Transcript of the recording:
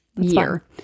year